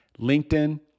LinkedIn